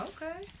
Okay